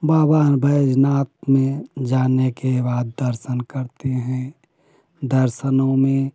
बाबा बैजनाथ में जाने के बाद दर्शन करते हैं दर्शनों में